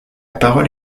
parole